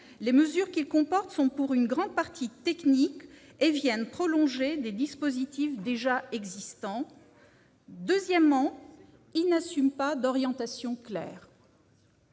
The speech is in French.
les mesures qu'il comporte sont pour une grande partie techniques et viennent prolonger des dispositifs déjà existants. C'est vrai ! Deuxièmement, il n'assume pas d'orientations claires.